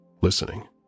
listening